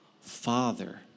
Father